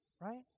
right